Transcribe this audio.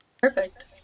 Perfect